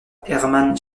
hermann